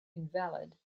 invalid